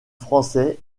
français